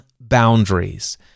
boundaries